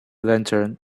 lantern